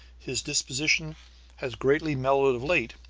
his disposition has greatly mellowed of late,